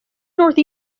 north